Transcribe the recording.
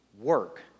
work